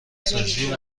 سازی